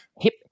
Hip